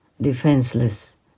defenseless